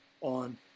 on